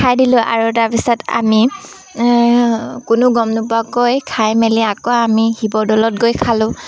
খাই দিলোঁ আৰু তাৰপিছত আমি কোনো গম নোপোৱাকৈ খাই মেলি আকৌ আমি শিৱদৌলত গৈ খালোঁ